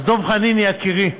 אז דב חנין יקירי,